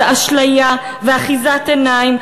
זאת אשליה ואחיזת עיניים,